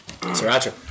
Sriracha